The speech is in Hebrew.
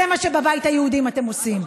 זה מה שבבית היהודי אתם עושים.